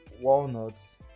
walnuts